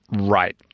Right